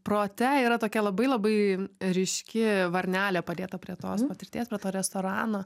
prote yra tokia labai labai ryški varnelė padėta prie tos patirties prie to restorano